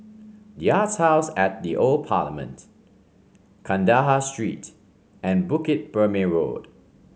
the Arts House at The Old Parliament Kandahar Street and Bukit Purmei Road